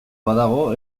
badago